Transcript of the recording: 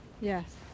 Yes